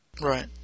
Right